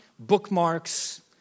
Bookmarks